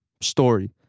story